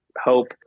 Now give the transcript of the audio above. hope